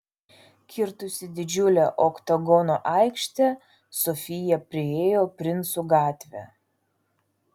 kirtusi didžiulę oktagono aikštę sofija priėjo princų gatvę